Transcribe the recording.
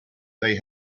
they